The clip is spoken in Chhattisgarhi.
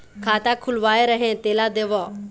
खाता खुलवाय रहे तेला देव?